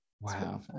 Wow